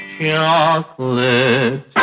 Chocolate